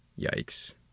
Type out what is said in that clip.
Yikes